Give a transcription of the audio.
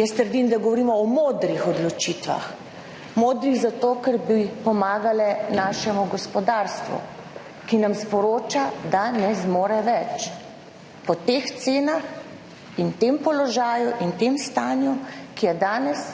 Jaz trdim, da govorimo o modrih odločitvah, modrih zato, ker bi pomagale našemu gospodarstvu, ki nam sporoča, da ne zmore več, po teh cenah in tem položaju in tem stanju, ki je danes